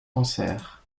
cancer